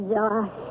Josh